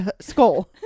skull